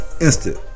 instant